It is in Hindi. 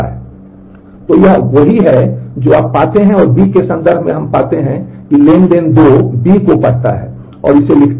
तो यह वही है जो आप पाते हैं और B के संदर्भ में हम पाते हैं कि ट्रांज़ैक्शन 2 B को पढ़ता है और इसे लिखता है